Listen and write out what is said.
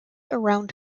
around